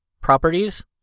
properties